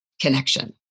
connection